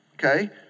okay